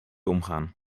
omgaan